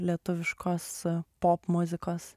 lietuviškos popmuzikos